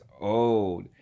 old